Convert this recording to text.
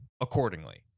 accordingly